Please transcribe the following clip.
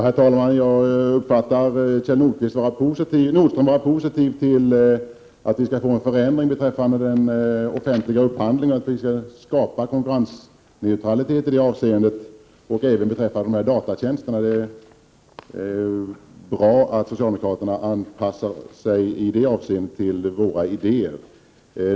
Herr talman! Jag uppfattar det så att Kjell Nordström är positiv till att vi skall åstadkomma en sådan ändring beträffande den offentliga upphandlingen att vi skapar konkurrensneutralitet, även beträffande datatjänster. Det är bra att socialdemokraterna i det avseendet ansluter sig till våra idéer.